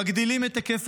מגדילים את היקף